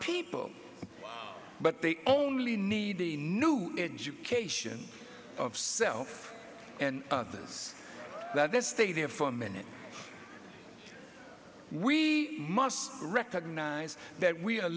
people but they only need the new education of self and others that this stay there for a minute we must recognize that we are